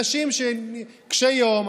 אלה אנשים קשי יום,